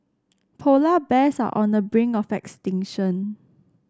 polar bears are on the brink of extinction